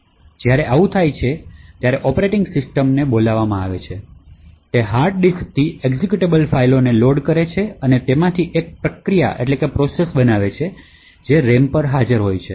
જ્યારે આવું થાય છે ઑપરેટિંગ સિસ્ટમ બોલાવવામાં આવે છે તે હાર્ડ ડિસ્કથી એક્ઝિક્યુટેબલ ફાઇલોને લોડ કરે છે અને તેમાંથી એક પ્રક્રિયા બનાવે છે જે રેમ પર હાજર છે